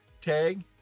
tag